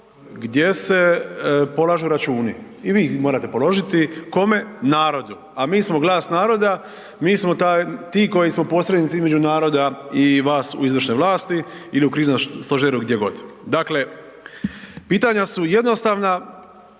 gdje se polažu računi i vi ih morate položiti. Kome? Narodu, a mi smo glas naroda, mi smo ti koji smo posrednici između naroda i vas u izvršnoj vlasti ili u kriznom stožeru gdjegod. Dakle, pitanja su jednostavna